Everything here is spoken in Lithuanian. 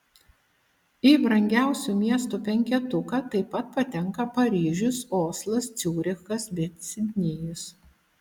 į brangiausių miestų penketuką taip pat patenka paryžius oslas ciurichas bei sidnėjus